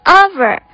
over